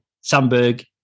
sandberg